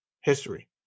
history